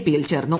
പിയിൽ ചേർന്നു